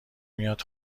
میاد